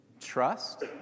trust